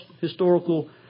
historical